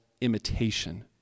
imitation